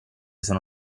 sono